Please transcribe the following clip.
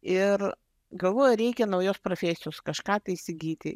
ir galvoju reikia naujos profesijos kažką tai įsigyti